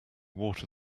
water